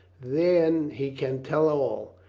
then he can tell all,